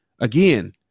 Again